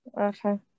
Okay